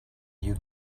you